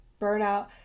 burnout